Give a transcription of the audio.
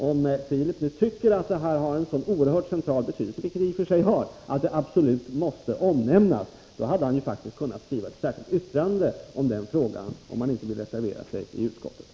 Om Filip Fridolfsson nu tycker att det här har en så oerhört central betydelse, vilket det i och för sig har, att det absolut måste omnämnas, hade han faktiskt kunnat skriva ett särskilt yttrande om den saken, när han nu inte ville reservera sig i utskottet.